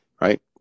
right